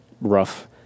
rough